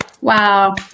Wow